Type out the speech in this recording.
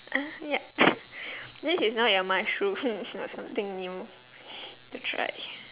uh ya this is not your mushroom not something new that's right